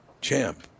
Champ